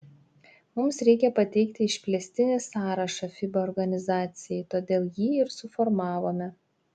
mums reikia pateikti išplėstinį sąrašą fiba organizacijai todėl jį ir suformavome